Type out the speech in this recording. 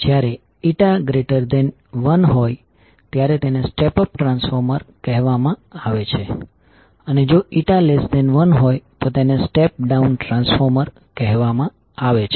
જ્યારે n1હોય ત્યારે તેને સ્ટેપ અપ ટ્રાન્સફોર્મર કહેવામાં આવે છે અને જો n1હોય તો તેને સ્ટેપ ડાઉન ટ્રાન્સફોર્મર કહેવામાં આવે છે